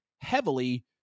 heavily